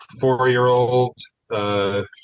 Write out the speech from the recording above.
four-year-old